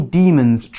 demons